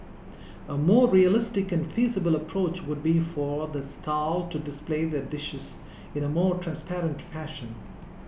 a more realistic and feasible approach would be for the stall to display their dishes in a more transparent fashion